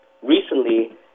Recently